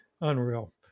unreal